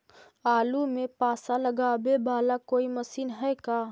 आलू मे पासा लगाबे बाला कोइ मशीन है का?